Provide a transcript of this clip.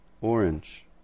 orange